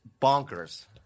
bonkers